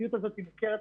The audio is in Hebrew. המציאות הזאת מוכרת,